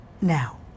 Now